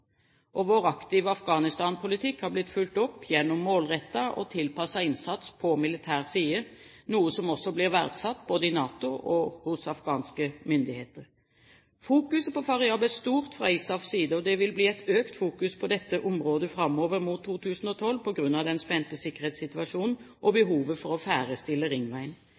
Vår aktive Afghanistan-politikk har blitt fulgt opp gjennom målrettet og tilpasset innsats på militær side, noe som også ble verdsatt både i NATO og hos afghanske myndigheter. Fokuset på Faryab er stort fra ISAFs side, og det vil bli et økt fokus på dette området framover mot 2012 på grunn av den spente sikkerhetssituasjonen og behovet for å ferdigstille ringveien.